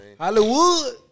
Hollywood